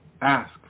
Ask